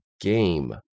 game